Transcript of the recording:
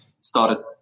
started